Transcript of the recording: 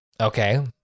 okay